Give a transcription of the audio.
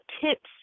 tips